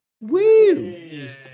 Woo